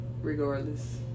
regardless